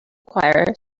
choir